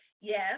yes